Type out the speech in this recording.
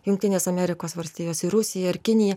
jungtinės amerikos valstijos ir rusija ir kinija